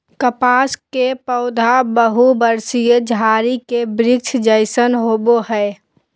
कपास के पौधा बहुवर्षीय झारी के वृक्ष जैसन होबो हइ